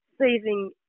saving